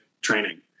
training